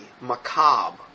macabre